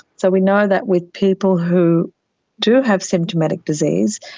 so we know that with people who do have symptomatic disease,